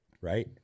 right